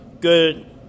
good